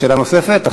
שאלת נוספת.